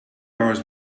hours